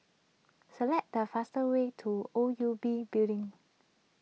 select the fastest way to O U B Building